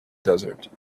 desert